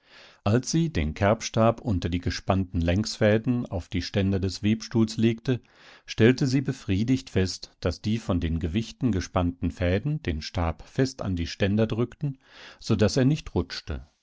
als sie den kerbstab unter die gespannten längsfäden auf die ständer des webstuhls legte stellte sie befriedigt fest daß die von den gewichten gespannten fäden den stab fest an die ständer drückten so daß er nicht rutschte